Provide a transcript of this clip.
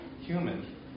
human